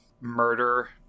murder